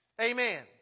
Amen